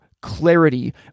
clarity